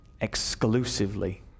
exclusively